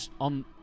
on